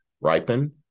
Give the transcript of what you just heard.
ripen